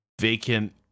vacant